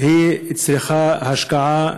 היא צריכה השקעה,